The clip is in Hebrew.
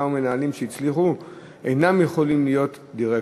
ומנהלים מצליחים אינם יכולים להיות דירקטורים,